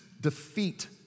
defeat